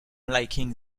liking